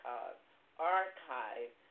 Archive